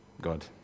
God